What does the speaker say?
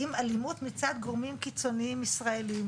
עם אלימות מצד גורמים קיצונים ישראלים.